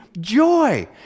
joy